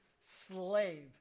slave